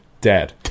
dead